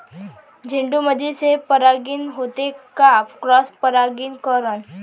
झेंडूमंदी सेल्फ परागीकरन होते का क्रॉस परागीकरन?